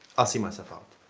i'll see myself out.